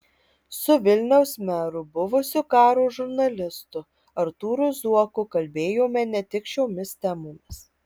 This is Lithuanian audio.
su vilniaus meru buvusiu karo žurnalistu artūru zuoku kalbėjome ne tik šiomis temomis